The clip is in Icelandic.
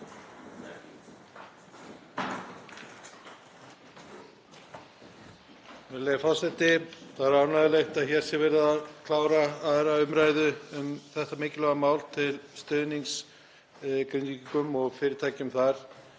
Virðulegi forseti. Það er ánægjulegt að hér sé verið að klára 2. umræðu um þetta mikilvæga mál til stuðnings Grindvíkingum og fyrirtækjum þar,